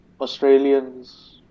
Australians